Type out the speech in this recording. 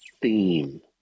theme